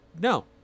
no